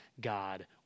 God